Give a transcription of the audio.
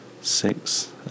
Six